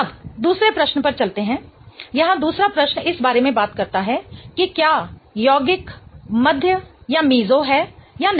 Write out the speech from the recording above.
अब दूसरे प्रश्न पर चलते हैं यहाँ दूसरा प्रश्न इस बारे में बात करता है कि क्या यौगिक मध्य मेसो है या नहीं